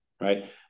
right